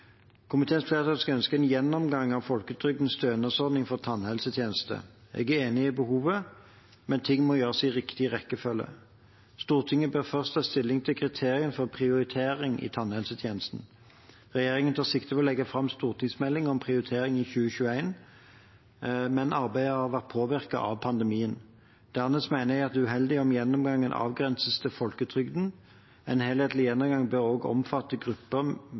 Komiteens flertall ønsker en gjennomgang av folketrygdens stønadsordninger for tannhelsetjenester. Jeg er enig i behovet, men ting må gjøres i riktig rekkefølge. Stortinget bør først ta stilling til kriterier for prioritering i tannhelsetjenesten. Regjeringen tar sikte på å legge fram stortingsmelding om prioritering i 2021, men arbeidet har vært påvirket av pandemien. Dernest mener jeg det er uheldig om gjennomgangen avgrenses til folketrygden. En enhetlig gjennomgang bør også omfatte grupper